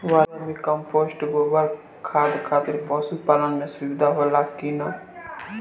Vermi compost गोबर खाद खातिर पशु पालन में सुधार होला कि न?